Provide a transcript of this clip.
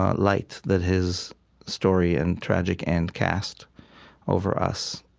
ah light that his story and tragic end cast over us.